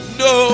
no